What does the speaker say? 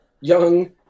young